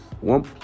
one